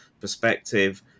perspective